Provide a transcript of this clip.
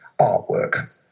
artwork